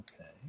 Okay